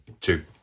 two